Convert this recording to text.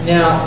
Now